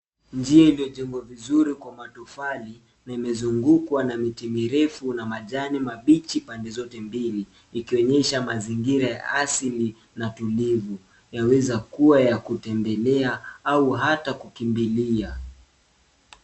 Njia iliyojengwa vizuri kwa matofali na imezungukwa na miti mirefu na majani mabichi pande zote mbili ikionyesha mazingira ya asili na tulivu. Yaweza kuwa ya kutembelea au hata kukimbilia.